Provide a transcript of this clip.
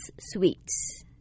sweets